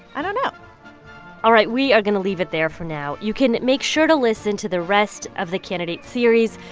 i don't know all right. we are going to leave it there for now. you can make sure to listen to the rest of the candidates series.